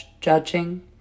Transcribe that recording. judging